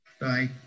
bye